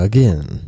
Again